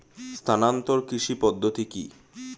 স্থানান্তর কৃষি পদ্ধতি কি?